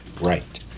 right